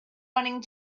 running